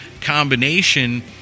combination